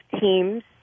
teams